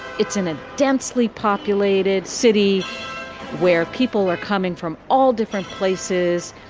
it's in a densely populated city where people are coming from all different places,